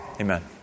Amen